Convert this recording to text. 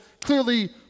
clearly